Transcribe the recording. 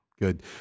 Good